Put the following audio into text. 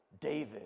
David